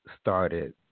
started